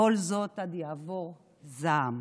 כל זאת עד יעבור זעם.